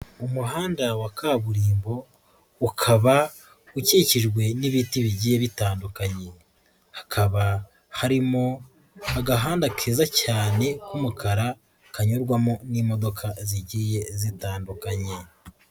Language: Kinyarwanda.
Umuhanda wa kaburimbo ukaba ukikijwe n'ibiti bigiye bitandukanye, hakaba harimo agahanda keza cyane k'umukara kanyurwamo n'imodoka zigiye zitandukanye.